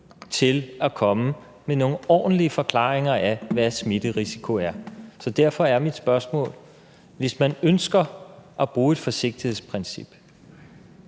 til at komme med nogle ordentlige forklaringer af, hvad smitterisikoen må være. Derfor har jeg et spørgsmål. Hvis man ønsker at bruge et forsigtighedsprincip,